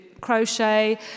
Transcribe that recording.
crochet